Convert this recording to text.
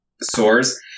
sores